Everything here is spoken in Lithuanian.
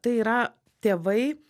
tai yra tėvai